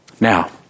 Now